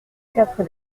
quatre